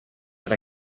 that